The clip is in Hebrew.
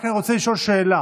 אני רק רוצה לשאול שאלה: